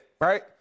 right